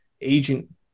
Agent